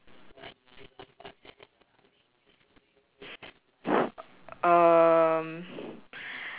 um